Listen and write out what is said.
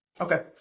Okay